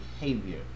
behavior